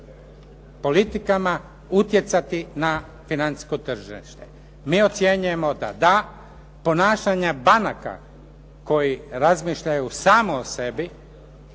politikama utjecati na financijsko tržište? Mi ocjenjujemo da da, ponašanja banaka koji razmišljaju samo o sebi